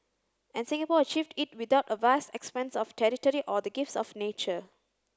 and Singapore achieved it without a vast expanse of territory or the gifts of nature